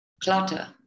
clutter